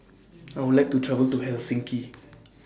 I Would like to travel to Helsinki